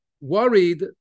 worried